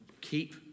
keep